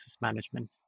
management